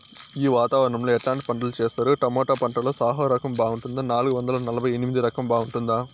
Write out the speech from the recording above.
ఈ వాతావరణం లో ఎట్లాంటి పంటలు చేస్తారు? టొమాటో పంటలో సాహో రకం బాగుంటుందా నాలుగు వందల నలభై ఎనిమిది రకం బాగుంటుందా?